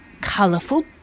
colourful